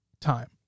time